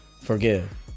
forgive